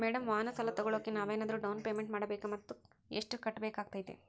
Madam ವಾಹನ ಸಾಲ ತೋಗೊಳೋಕೆ ನಾವೇನಾದರೂ ಡೌನ್ ಪೇಮೆಂಟ್ ಮಾಡಬೇಕಾ ಮತ್ತು ಎಷ್ಟು ಕಟ್ಬೇಕಾಗ್ತೈತೆ?